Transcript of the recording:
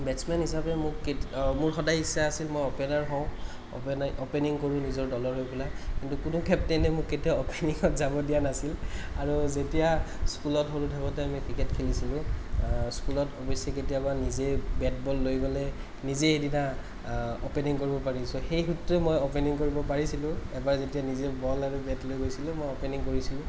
batsmen হিচাপে মোক কেত মোৰ সদায় ইচ্ছা আছিল মই অপেনাৰ হওঁ অপেনাই অপেনিং কৰোঁ নিজৰ দলৰ হৈ পেলাই কিন্তু কোনো কেপ্টেইনে মোক কেতিয়াও অপেনিঙত যাব দিয়া নাছিল আৰু যেতিয়া স্কুলত সৰু থাকোঁতে আমি ক্ৰিকেট খেলিছিলোঁ স্কুলত অৱশ্য়েই কেতিয়াবা নিজে বেট বল লৈ পেলাই নিজে এদিনা অপেনিং কৰিব পাৰিছোঁ সেই সূত্ৰে মই অপেনিং কৰিব পাৰিছিলোঁ এবাৰ যেতিয়া নিজে বল আৰু বেট লৈ গৈছিলো মই অপেনিং কৰিছিলোঁ